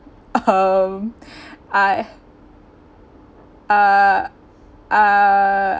hmm I uh uh